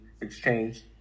exchange